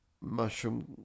Mushroom